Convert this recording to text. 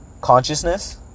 consciousness